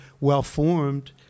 well-formed